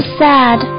sad